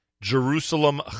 Jerusalem